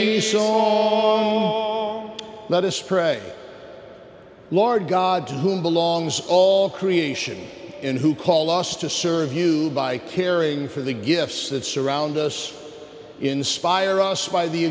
you let us pray lord god who belongs all creation in who call us to serve you by caring for the gifts that surround us inspire us by the